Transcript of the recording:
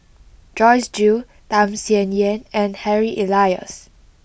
Joyce Jue Tham Sien Yen and Harry Elias